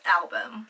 album